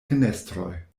fenestroj